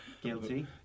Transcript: Guilty